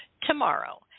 tomorrow